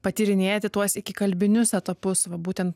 patyrinėti tuos ikikalbinius etapus va būtent